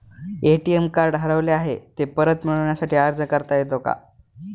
ATM card हरवले आहे, ते परत मिळण्यासाठी अर्ज करता येतो का?